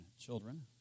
children